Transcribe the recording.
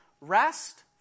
rest